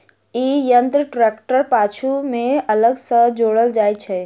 ई यंत्र ट्रेक्टरक पाछू मे अलग सॅ जोड़ल जाइत छै